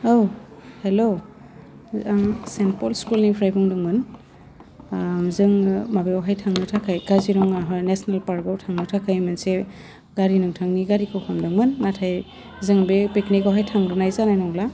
औ हेलौ आं सेम्पल स्कुलनिफ्राय बुंदोंमोन जोङो माबायावहाय थांनो थाखाय काजिरङाहाय नेशनेल पार्कआव थांनो थाखाय मोनसे गारि नोंथांनि गारिखौ हमदोंमोन नाथाय जों बे पिकनिकयावहाय थांथ'नाय जानाय नंला